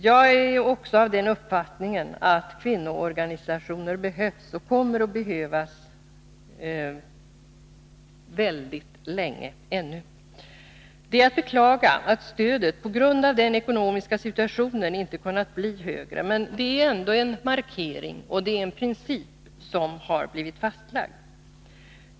Jag är också av den 143 uppfattningen att kvinnoorganisationer behövs och kommer att behövas väldigt länge ännu. Det är att beklaga att stödet, på grund av den ekonomiska situationen, inte kunnat bli högre. Men det är ändå en markering, och det är en princip som har blivit fastlagd.